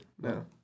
No